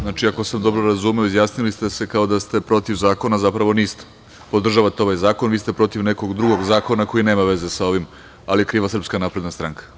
Znači, ako sam dobro razumeo izjasnili ste kao da ste protiv zakona, zapravo niste, podržavate ovaj zakon, vi ste protiv nekog drugog zakona koji nema veze sa ovim, ali je kriva SNS.